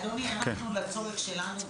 אדוני אנחנו לצורך שלנו,